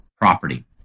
property